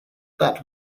that